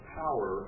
power